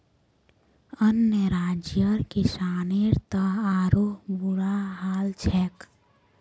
अन्य राज्यर किसानेर त आरोह बुरा हाल छेक